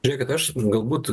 žiūrėkit aš galbūt